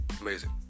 amazing